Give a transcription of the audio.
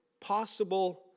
possible